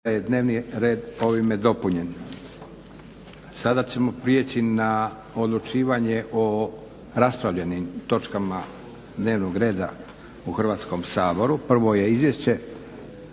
**Leko, Josip (SDP)** A sada ćemo prijeći na odlučivanje o raspravljanim točkama dnevnog reda u Hrvatskom saboru. Prvo je Izvješće